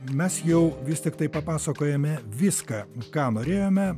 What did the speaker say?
mes jau vis tiktai papasakojome viską ką norėjome